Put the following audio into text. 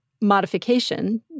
modification